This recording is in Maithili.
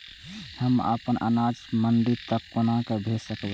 हम अपन अनाज मंडी तक कोना भेज सकबै?